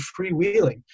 freewheeling